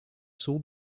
saw